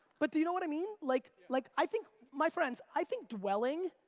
but do you know what i mean? like like i think my friends, i think dwelling